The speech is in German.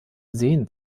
sehen